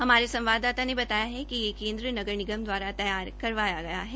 हमारे संवाददाता ने बताया है कि ये केन्द्र नगर निगम द्वारा तैयार करवाया गया है